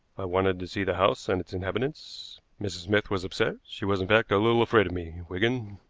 i wanted to see the house and its inhabitants. mrs. smith was upset she was, in fact, a little afraid of me, wigan.